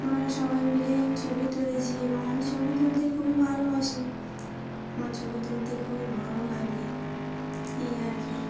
আমরা সবাই মিলে ছবি তুলেছি এবং আমি ছবি তুলতে খুবই ভালোবাসি আমার ছবি তুলতে খুবই ভালো লাগে এই আর কি